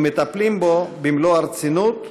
ומטפלים בו במלוא הרצינות,